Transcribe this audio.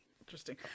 Interesting